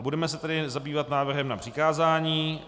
Budeme se tedy zabývat návrhem na přikázání.